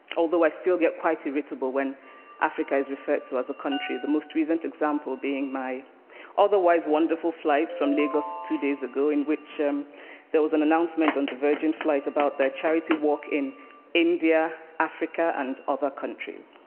although i still get quite irritable when africa is referred to as a country, the most recent example being my otherwise wonderful flight from lagos two days ago, in which um there was an announcement on the virgin flight about the charity work in india, africa and other countries.